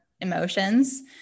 emotions